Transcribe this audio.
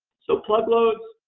so, plug loads.